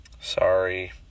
Sorry